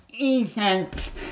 essence